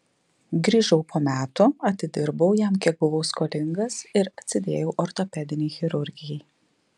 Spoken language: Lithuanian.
grįžau po metų atidirbau jam kiek buvau skolingas ir atsidėjau ortopedinei chirurgijai